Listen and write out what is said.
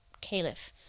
caliph